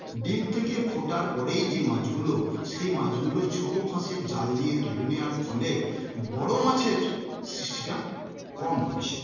ডিম থেকে ফোটার পরেই যে মাছগুলো সেই মাছগুলো ছোটো ফাঁসের জাল দিয়ে তুলে নেওয়ার ফলে বড় মাছের সৃষ্টিটা কম হচ্ছে